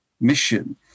mission